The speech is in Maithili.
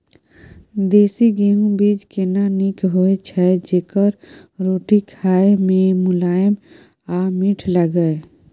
देसी गेहूँ बीज केना नीक होय छै जेकर रोटी खाय मे मुलायम आ मीठ लागय?